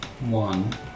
One